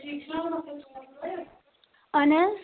اَہَن حظ